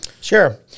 Sure